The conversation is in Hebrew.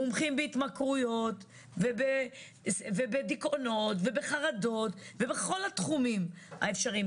מומחים בהתמכרויות ובדיכאונות ובחרדות ובכל התחומים האפשריים,